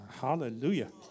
Hallelujah